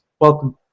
Welcome